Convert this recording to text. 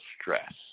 stress